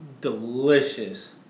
delicious